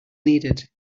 needed